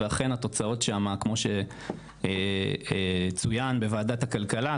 ואכן התוצאות שם כמו שצוין בוועדת הכלכלה,